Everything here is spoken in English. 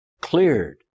cleared